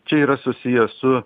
čia yra susiję su